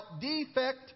defect